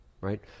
right